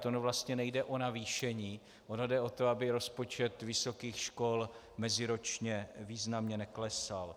Ono vlastně nejde o navýšení, ono jde o to, aby rozpočet vysokých škol meziročně významně neklesal.